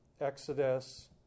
Exodus